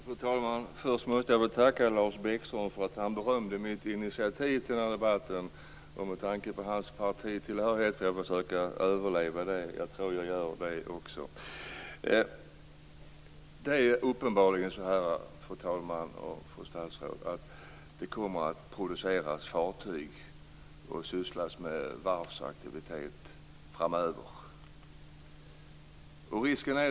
Fru talman! Först måste jag väl tacka Lars Bäckström för att han berömde mitt initiativ till den här debatten. Med tanke på hans partitillhörighet får jag försöka överleva det. Jag tror att jag gör det. Det är uppenbarligen så, fru talman och fru statsråd, att det kommer att produceras fartyg och sysslas med varvsaktivitet framöver.